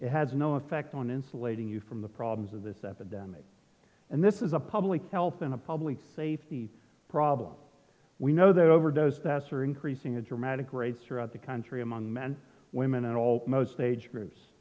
it has no effect on insulating you from the problems of this epidemic and this is a public health in a public safety problem we know that overdosed s are increasing a dramatic raid throughout the country among men women and all most age groups